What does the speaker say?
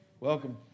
Welcome